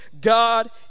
God